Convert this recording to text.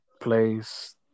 place